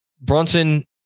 Brunson